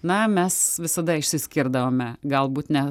na mes visada išsiskirdavome galbūt ne